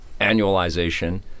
annualization